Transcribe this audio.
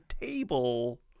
table